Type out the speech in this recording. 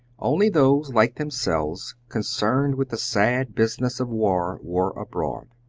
only those, like themselves, concerned with the sad business of war were abroad.